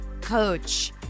coach